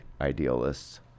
idealists